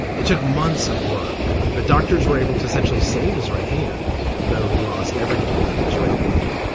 it took months of work, but doctors were able to essentially save his right hand. though he lost everything under his right knee.